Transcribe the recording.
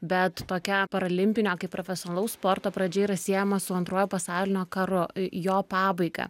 bet tokia paralimpinio kaip profesionalaus sporto pradžia yra siejama su antruoju pasaulinio karu jo pabaiga